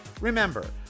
Remember